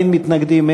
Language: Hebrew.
אין מתנגדים,